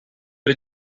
but